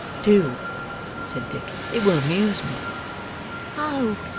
do said dick. it will amuse me oh!